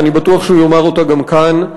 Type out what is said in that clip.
ואני בטוח שהוא יאמר אותה גם כאן.